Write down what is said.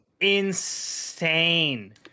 insane